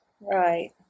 right